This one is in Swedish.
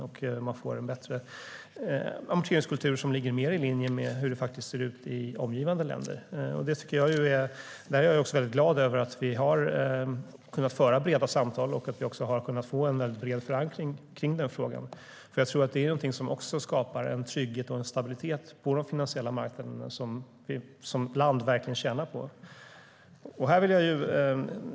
Därmed får man en bättre amorteringskultur som ligger mer i linje med hur det ser ut i omgivande länder. Jag är väldigt glad över att vi har kunnat föra breda samtal och att vi har kunnat få en bred förankring i den frågan. Det skapar också en trygghet och en stabilitet på de finansiella marknaderna som landet verkligen tjänar på.